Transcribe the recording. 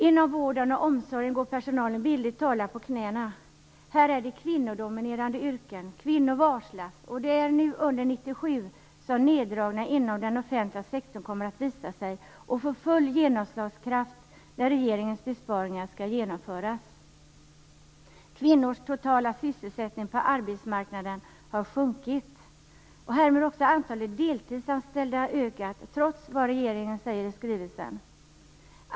Inom vården och omsorgen går personalen på knäna. Här finns kvinnodominerande yrken. Kvinnor varslas, och det är nu under 1997, när regeringens besparingar skall genomföras, som neddragningarna inom den offentliga sektorn kommer att visa sig och få fullt genomslag. Kvinnors totala sysselsättning på arbetsmarknaden har sjunkit. Härmed har också antalet deltidsanställda ökat, trots vad regeringen säger i skrivelsen.